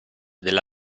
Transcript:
della